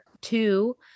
two